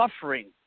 suffering